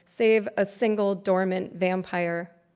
save a single dormant vampire?